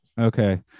Okay